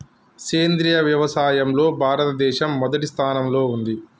సేంద్రియ వ్యవసాయంలో భారతదేశం మొదటి స్థానంలో ఉంది